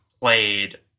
played